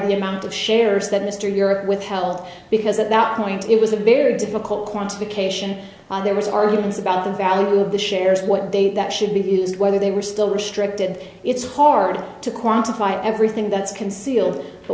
the amount of shares that mr europe withheld because at that point it was a very difficult quantification there was arguments about the value of the shares what they that should be used whether they were still restricted it's hard to quantify everything that's concealed